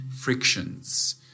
frictions